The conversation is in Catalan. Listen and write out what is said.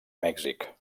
mèxic